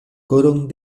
koron